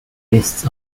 lists